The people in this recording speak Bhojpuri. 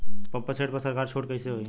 पंप सेट पर सरकार छूट कईसे होई?